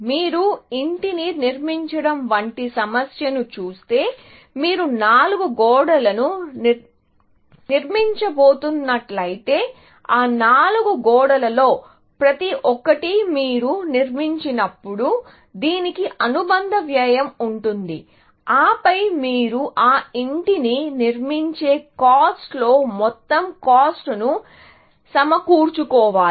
మీరు ఇంటిని నిర్మించడం వంటి సమస్యను చూస్తే మీరు 4 గోడలను నిర్మించబోతున్నట్లయితే ఆ నాలుగు గోడలలో ప్రతి ఒక్కటి మీరు నిర్మించినప్పుడు దీనికి అనుబంధ వ్యయం ఉంటుంది ఆపై మీరు ఆ ఇంటిని నిర్మించే కాస్ట్ లో మొత్తం కాస్ట్ ను సమకూర్చుకోవాలి